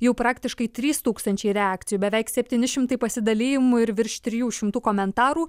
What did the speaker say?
jau praktiškai trys tūkstančiai reakcijų beveik septyni šimtai pasidalijimų ir virš trijų šimtų komentarų